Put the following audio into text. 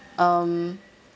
um